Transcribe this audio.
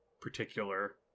particular